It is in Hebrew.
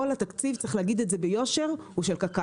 כל התקציב, צריך להגיד את זה ביושר, הוא של קק"ל.